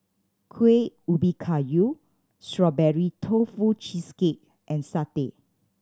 Kueh Ubi Kayu Strawberry Tofu Cheesecake and satay